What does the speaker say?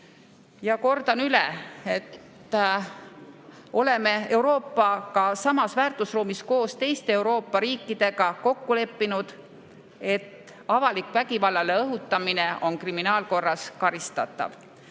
Ja kordan üle, et oleme Euroopaga samas väärtusruumis koos teiste Euroopa riikidega kokku leppinud, et avalik vägivallale õhutamine on kriminaalkorras karistatav.